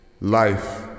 Life